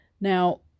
Now